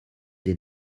des